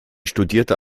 studierte